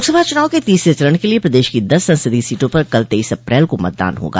लोकसभा चूनाव के तीसरे चरण के लिये प्रदेश की दस संसदीय सीटों पर कल तेईस अपल को मतदान होगा